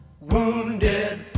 wounded